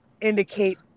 indicate